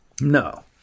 No